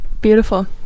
Beautiful